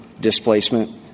displacement